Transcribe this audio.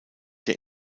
der